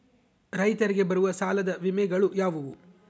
ರೈತರಿಗೆ ಬರುವ ಸಾಲದ ವಿಮೆಗಳು ಯಾವುವು?